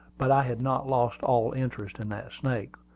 but i had not lost all interest in that snake,